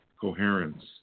coherence